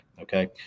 Okay